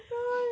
gosh